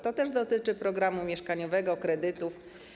To też dotyczy programu mieszkaniowego, kredytów.